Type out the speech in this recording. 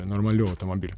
normaliu automobiliu